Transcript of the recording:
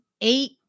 eight